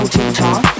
TikTok